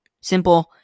Simple